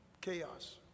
chaos